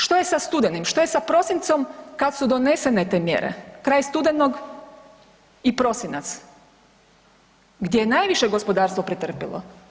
Što je sa studenim, što je sa prosincom kad su donesene te mjere, kraj studenog i prosinac gdje je najviše gospodarstvo pretrpilo.